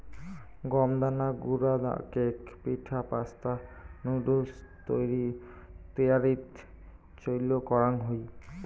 গম দানা গুঁড়া কেক, পিঠা, পাস্তা, নুডুলস তৈয়ারীত চইল করাং হই